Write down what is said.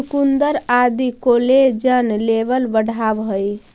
चुकुन्दर आदि collagen level बढ़ावऽ हई